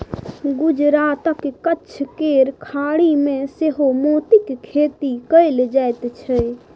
गुजरातक कच्छ केर खाड़ी मे सेहो मोतीक खेती कएल जाइत छै